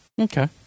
Okay